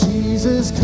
Jesus